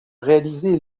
réalisé